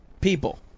people